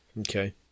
okay